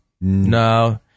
no